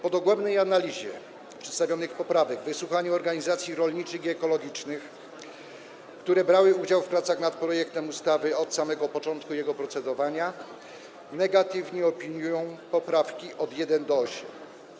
Po dogłębnej analizie przedstawionych poprawek, wysłuchaniu organizacji rolniczych i ekologicznych, które brały udział w pracach nad projektem ustawy od samego początku procedowania, komisje negatywnie opiniują poprawki od 1. do 8.